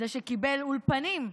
זה שקיבל אולפנים,